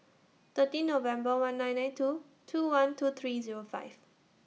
thirteen November one nine nine two two one two three Zero five